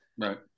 Right